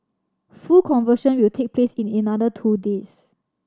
full conversion will take place in another two days